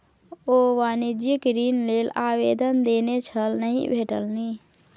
ओ वाणिज्यिक ऋण लेल आवेदन देने छल नहि भेटलनि